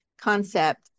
concept